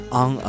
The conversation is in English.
on